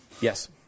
Yes